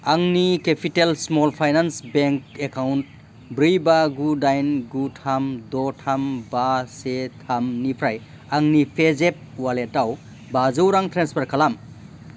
आंनि capital small finance bank account ब्रै बा गु दाइन गु थाम द' थाम बा से थामनिफ्राय आंनि पेजेफ वालेटाव बाजौ रां ट्रेन्सफार खालाम